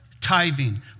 tithing